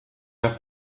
der